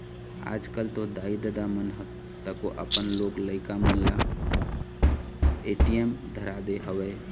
आजकल तो दाई ददा मन ह तको अपन लोग लइका मन ल ए.टी.एम धरा दे हवय